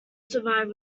survive